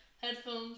headphones